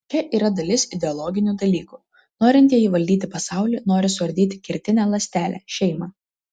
čia yra dalis ideologinių dalykų norintieji valdyti pasaulį nori suardyti kertinę ląstelę šeimą